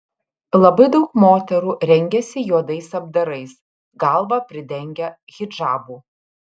labai daug moterų rengiasi juodais apdarais galvą pridengia hidžabu